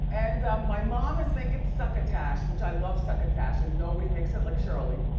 and my mom is making succotash, which i love succotash and nobody makes it like shirley.